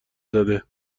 زده